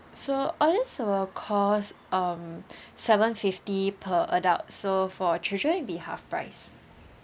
so all this will cost um seven fifty per adult so for children it'll be half price